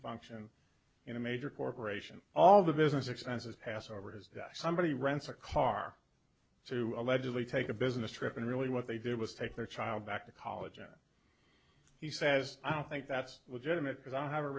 function in a major corporation all the business expenses passover is that somebody rents a car to allegedly take a business trip and really what they did was take their child back to college and he says i don't think that's what genet because i have a